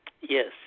Yes